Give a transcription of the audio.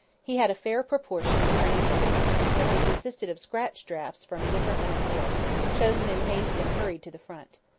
he had a fair proportion of trained seamen but they consisted of scratch drafts from different men-of-war, chosen in haste and hurried to the front.